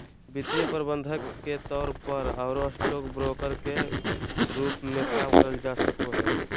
वित्तीय प्रबंधक के तौर पर आरो स्टॉक ब्रोकर के रूप मे काम करल जा सको हई